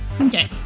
Okay